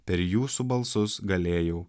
per jūsų balsus galėjau